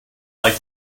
like